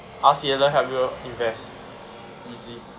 ask yaller help you lor invest easy